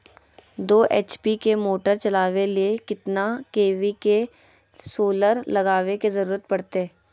दो एच.पी के मोटर चलावे ले कितना के.वी के सोलर लगावे के जरूरत पड़ते?